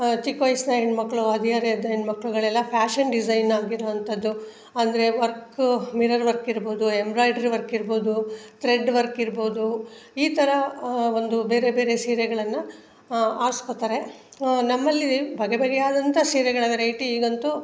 ಚಿಕ್ಕ ವಯ್ಸಿನ ಹೆಣ್ಣು ಮಕ್ಕಳು ಹದಿಹರೆಯದ ಹೆಣ್ಣು ಮಕ್ಕಳುಗಳೆಲ್ಲ ಫ್ಯಾಷನ್ ಡಿಸೈನ್ ಆಗಿರುವಂಥದ್ದು ಅಂದರೆ ವರ್ಕ್ ಮಿರರ್ ವರ್ಕ್ ಇರ್ಬೋದು ಎಂಬ್ರಾಯ್ಡ್ರಿ ವರ್ಕ್ ಇರ್ಬೋದು ತ್ರೆಡ್ ವರ್ಕ್ ಇರ್ಬೋದು ಈ ಥರ ಒಂದು ಬೇರೆ ಬೇರೆ ಸೀರೆಗಳನ್ನು ಆರ್ಸ್ಕೊಳ್ತಾರೆ ನಮ್ಮಲ್ಲಿ ಬಗೆ ಬಗೆಯಾದಂಥ ಸೀರೆಗಳ ವೆರೈಟೀಗಂತೂ